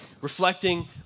reflecting